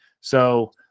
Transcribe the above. So-